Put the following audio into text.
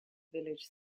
village